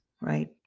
right